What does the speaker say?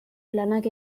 lanak